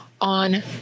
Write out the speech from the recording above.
on